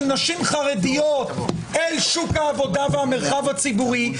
נשים חרדיות אל שוק העבודה והמרחב הציבורי,